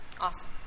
Awesome